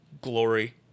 glory